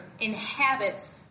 inhabits